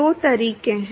2 तरीके हैं